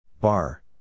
Bar